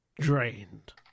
drained